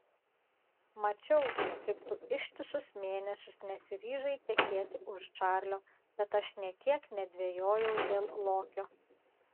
mačiau kaip tu ištisus mėnesius nesiryžai tekėti už čarlio bet aš nė kiek nedvejojau dėl lokio